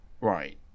Right